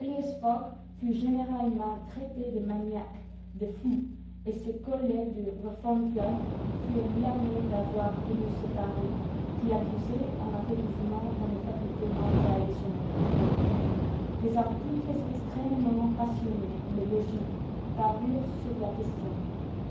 fut généralement traité de maniaque de fou et ses collègues du reform club furent blâmés d'avoir tenu ce pari qui accusait un affaiblissement dans les facultés mentales de son auteur des articles extrêmement passionnés mais logiques parurent sur la question